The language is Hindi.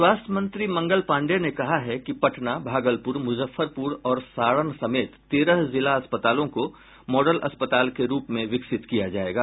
स्वास्थ्य मंत्री मंगल पांडेय ने कहा है कि पटना भागलपुर मुजफ्फरपुर और सारण समेत तेरह जिला अस्पतालों को मॉडल अस्पताल के रूप में विकसित किया जायेगा